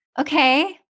Okay